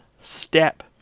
Step